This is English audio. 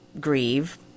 grieve